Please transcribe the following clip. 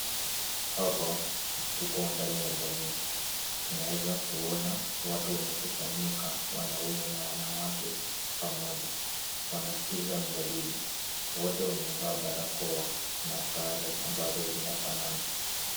Hapa tuko ndani ya jamii. Tunaeza kuona watu wamekusanyika, wanaume na wanawake pamoja. Wanasikiza mjadili. Wote wamevaa barakoa na sare ambazo zinafanana.